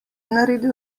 naredil